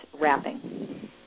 wrapping